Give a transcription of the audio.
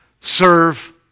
serve